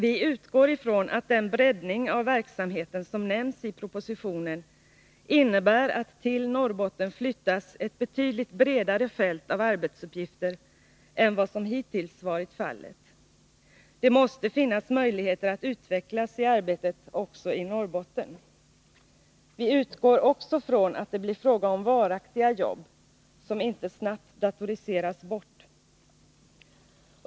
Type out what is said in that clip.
Vi utgår ifrån att den breddning av verksamheten som nämns i propositionen innebär att ett betydligt bredare fält av arbetsuppgifter än vad som hittills varit fallet flyttas till Norrbotten. Det måste finnas möjligheter att utvecklas i arbetet även i Norrbotten. Vi utgår också från att det blir fråga om varaktiga jobb, som inte snabbt datoriseras bort.